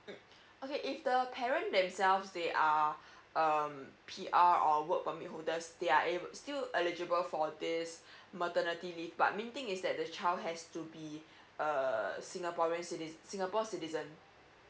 mm okay if the parent themselves they are um P_R or work permit holders they are able still eligible for this maternity leave but main thing is that the child has to be a singaporean citiz~ singapore citizen